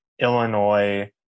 Illinois